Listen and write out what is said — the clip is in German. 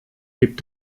gibt